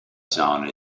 zone